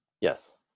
Yes